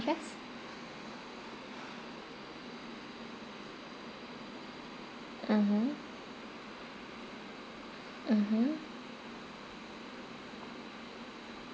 mmhmm mmhmm